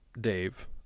Dave